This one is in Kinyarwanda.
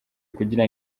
kugira